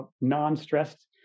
non-stressed